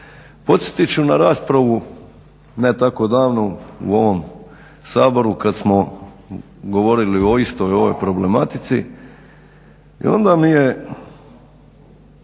Podsjetit ću na raspravu ne tako davnu u ovom Saboru kad smo govorili o ovoj istoj problematici i onda mi je